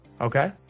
Okay